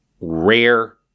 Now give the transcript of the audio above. rare